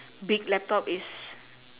big laptop is